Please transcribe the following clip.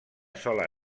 sola